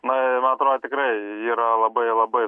na ir man atrodo tikrai yra labai labai